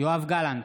יואב גלנט,